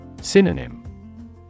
Synonym